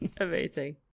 amazing